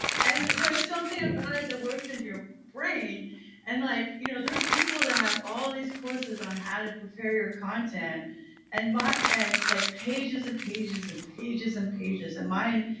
and there was something about it that works into your brain and like, you know, there's people that have all these courses on how to prepare your content and my, and like pages and pages and pages and pages and mine.